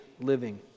Living